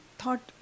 thought